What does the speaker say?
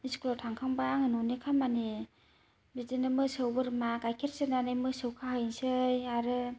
इस्कुलाव थांखांबा आङो न'नि खामानि बिदिनो मोसौ बोरमा गाइखेर सेरनानै मोसौ खाहैसै आरो